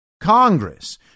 Congress